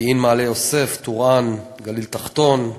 פקיעין ומעלה-יוסף, טורעאן וגליל-תחתון,